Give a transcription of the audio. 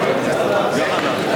הצעת סיעת קדימה